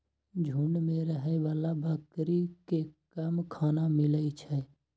झूंड मे रहै बला बकरी केँ कम खाना मिलइ छै